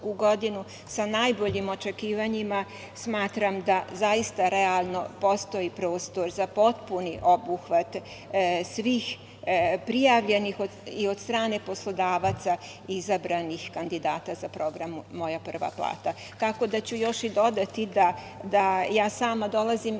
sa najboljim očekivanjima smatram da zaista realno postoji prostor za potpuni obuhvat svih prijavljenih i od strane poslodavaca izabranih kandidata za program „Moja prva plata“.Tako da, još ću dodati da ja sama dolazim